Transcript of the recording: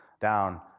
down